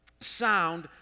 sound